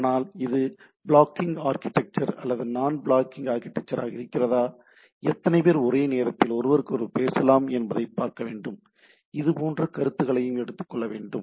ஆனால் இது blocking architecture அல்லது நான்பிளாக்கிங் ஆர்க்கிடெக்சர் ஆக இருக்கிறதா எத்தனை பேர் ஒரே நேரத்தில் ஒருவருக்கொருவர் பேசலாம் என்பதைப் பார்க்க வேண்டும் இதுபோன்ற கருத்துகளையும் எடுத்துக்கொள்ள வேண்டும்